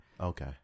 Okay